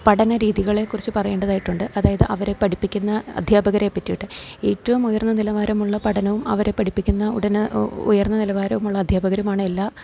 പഠന രീതികളെക്കുറിച്ച് പറയേണ്ടതായിട്ടുണ്ട് അതായത് അവരെ പഠിപ്പിക്കുന്ന അധ്യാപകരെ പറ്റിയിട്ട് ഏറ്റവും ഉയർന്ന നിലവാരമുള്ള പഠനവും അവരെ പഠിപ്പിക്കുന്ന ഉയർന്ന നിലവാരമുള്ള അധ്യാപകരുമാണ് എല്ലാ